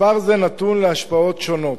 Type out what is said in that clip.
מספר זה נתון להשפעות שונות.